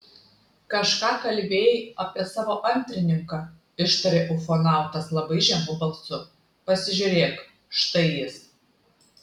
kažką kalbėjai apie savo antrininką ištarė ufonautas labai žemu balsu pasižiūrėk štai jis